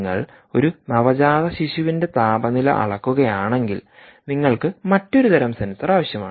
നിങ്ങൾ ഒരു നവജാത ശിശുവിന്റെ താപനില അളക്കുകയാണെങ്കിൽ നിങ്ങൾക്ക് മറ്റൊരു തരം സെൻസർ ആവശ്യമാണ്